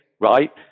right